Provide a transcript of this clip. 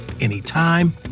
anytime